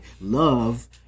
love